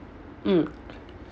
mm